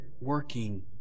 working